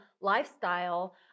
lifestyle